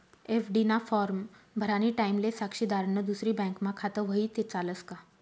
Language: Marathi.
एफ.डी ना फॉर्म भरानी टाईमले साक्षीदारनं दुसरी बँकमा खातं व्हयी ते चालस का